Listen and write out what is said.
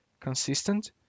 consistent